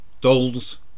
Dolls